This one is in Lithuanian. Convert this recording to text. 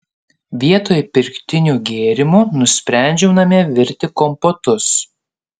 vietoj pirktinių gėrimų nusprendžiau namie virti kompotus